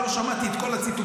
לא שמעתי את כל הציטוטים,